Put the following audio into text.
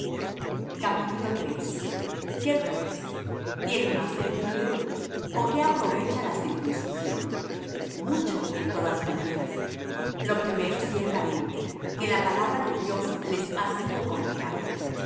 de dios qué pues tiene más el judío ó qué aprovecha la circuncisión mucho en todas maneras lo primero ciertamente que la palabra de dios les ha sido confiada